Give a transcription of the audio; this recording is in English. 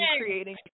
creating